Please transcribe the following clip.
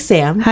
Sam